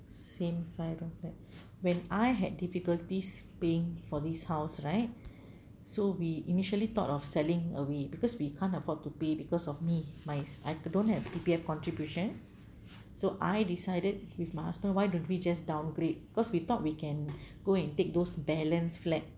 same five room flat when I had difficulties paying for this house right so we initially thought of selling away because we can't afford to pay because of me my c~ I don't have C_P_F contribution so I decided with my husband why don't we just downgrade cause we thought we can go and take those balanced flat